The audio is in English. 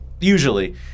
Usually